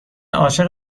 عاشق